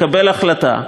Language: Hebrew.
לקבל החלטה.